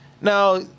Now